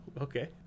Okay